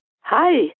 Hi